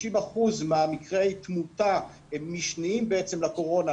אחוזים ממקרי התמותה הם משניים לקורונה.